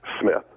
Smith